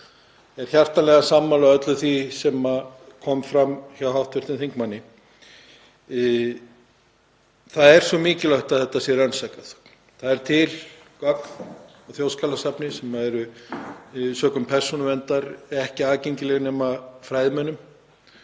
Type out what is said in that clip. er hjartanlega sammála öllu því sem kom fram hjá hv. þingmanni. Það er mikilvægt að þetta verði rannsakað. Það eru til gögn á Þjóðskjalasafni sem eru sökum persónuverndar ekki aðgengileg nema fræðimönnum,